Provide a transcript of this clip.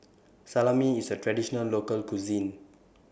Salami IS A Traditional Local Cuisine